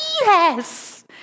yes